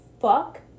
fuck